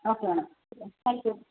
okay madam ठीक thank you